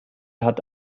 hat